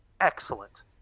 excellent